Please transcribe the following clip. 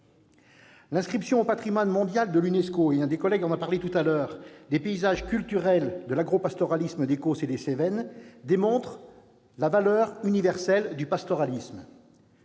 L'inscription au patrimoine mondial de l'UNESCO, précédemment évoquée par l'un de mes collègues, des paysages culturels de l'agropastoralisme des Causses et des Cévennes démontre la valeur universelle du pastoralisme.